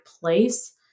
place